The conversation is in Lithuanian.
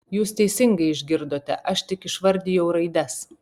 jūs teisingai išgirdote aš tik išvardijau raides